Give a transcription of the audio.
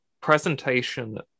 presentation